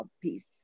piece